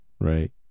right